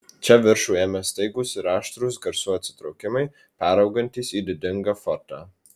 čia viršų ėmė staigūs ir aštrūs garsų atsitraukimai peraugantys į didingą forte